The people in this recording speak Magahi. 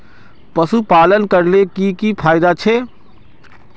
पशुपालन करले की की फायदा छे?